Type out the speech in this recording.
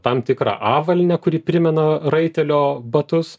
tam tikrą avalynę kuri primena raitelio batus